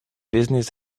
business